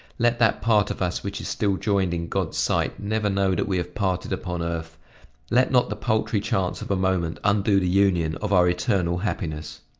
let that part of us which is still joined in god's sight never know that we have parted upon earth let not the paltry chance of a moment undo the union of our eternal happiness!